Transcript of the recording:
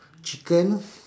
chicken